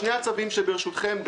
שני הצווים שברשותכם,